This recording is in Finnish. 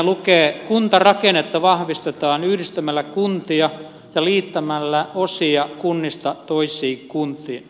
kuntarakennetta vahvistetaan yhdistämällä kuntia ja liittämällä osia kunnista toisiin kuntiin